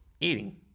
Eating